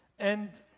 and